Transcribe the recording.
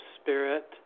spirit